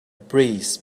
breeze